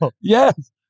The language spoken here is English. Yes